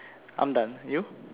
I'm done you